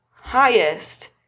highest